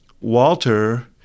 Walter